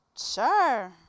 sure